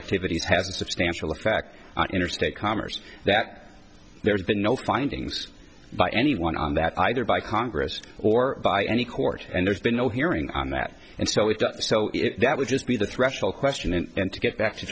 activities has a substantial effect on interstate commerce that there's been no findings by anyone on that either by congress or by any court and there's been no hearing on that and so we've got so that would just be the threshold question and to get back to